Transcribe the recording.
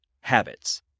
habits